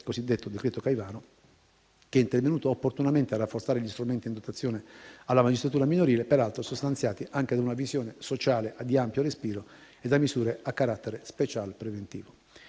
cosiddetto decreto-legge Caivano, che è intervenuto opportunamente a rafforzare gli strumenti in dotazione alla magistratura minorile, peraltro sostanziati anche da una visione sociale di ampio respiro e da misure a carattere speciale preventivo.